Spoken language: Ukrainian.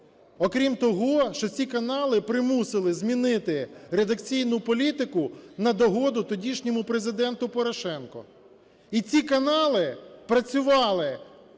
Окрім того, що ці канали примусили змінити редакційну політику на догоду тодішньому Президенту Порошенку. І ці канали працювали